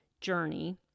journey